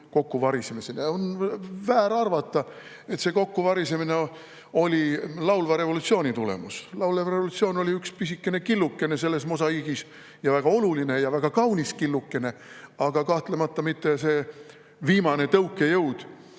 kokkuvarisemiseni, algas. On väär arvata, et see kokkuvarisemine oli laulva revolutsiooni tulemus. Laulev revolutsioon oli üks killukene selles mosaiigis, väga oluline ja väga kaunis killukene, aga kahtlemata mitte see viimane tõukejõud,